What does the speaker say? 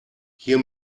hier